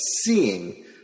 seeing